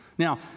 Now